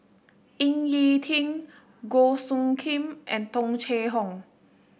Ying E Ding Goh Soo Khim and Tung Chye Hong